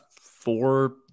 four